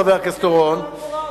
חבר הכנסת אורון,